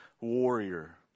warrior